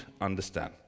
understand